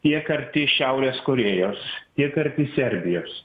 tiek arti šiaurės korėjos tiek arti serbijos